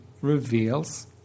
reveals